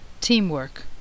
Teamwork